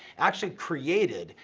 actually created,